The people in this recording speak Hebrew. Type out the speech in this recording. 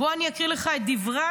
בוא אני אקרא לך את דבריו,